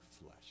flesh